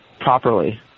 properly